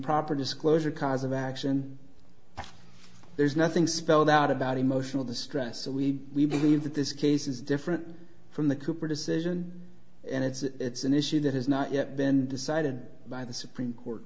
improper disclosure cause of action there's nothing spelled out about emotional distress so we believe that this case is different from the cooper decision and it's an issue that has not yet been decided by the supreme court